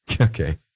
Okay